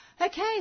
Okay